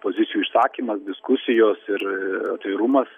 pozicijų išsakymas diskusijos ir atvirumas